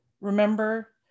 Remember